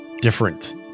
different